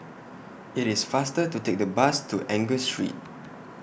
IT IS faster to Take The Bus to Angus Street